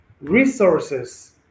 resources